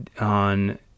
on